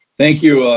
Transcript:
thank you,